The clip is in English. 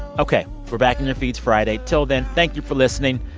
ok, we're back in your feeds friday. till then, thank you for listening.